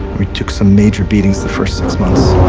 we took some major beatings, the first six months.